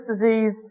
disease